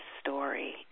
story